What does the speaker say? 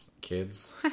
kids